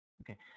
Okay